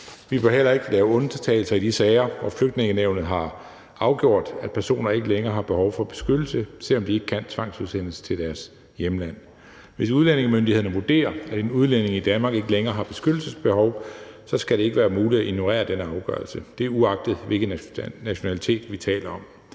Vi bør heller ikke lave undtagelser i de sager, hvor Flygtningenævnet har afgjort, at personer ikke længere har behov for beskyttelse, selv om de ikke kan tvangsudsendes til deres hjemland. Hvis udlændingemyndighederne vurderer, at en udlænding i Danmark ikke længere har beskyttelsesbehov, så skal det ikke være muligt at ignorere denne afgørelse. Det er uagtet, hvilken nationalitet vi taler om.